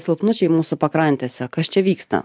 silpnučiai mūsų pakrantėse kas čia vyksta